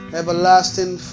everlasting